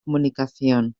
comunicación